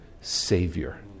Savior